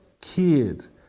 kids